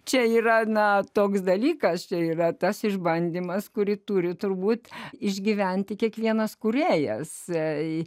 čia yra ne toks dalykas čia yra tas išbandymas kurį turi turbūt išgyventi kiekvienas kūrėjas tai